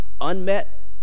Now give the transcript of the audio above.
Unmet